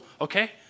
okay